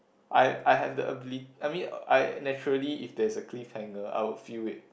I I have the abili~ I mean I naturally if there's a cliffhanger I would feel it